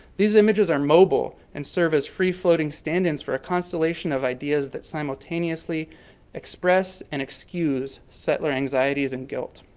these images are mobile and serve as free-floating stand ins for a constellation of ideas that simultaneously express and excuse settler anxieties and guilt.